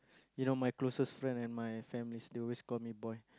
you know my closest friends and my families they always call me boy